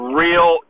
real